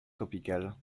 tropicale